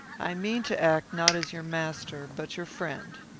i mean to act not as your master but your friend.